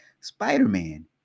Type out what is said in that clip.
Spider-Man